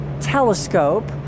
telescope